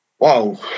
wow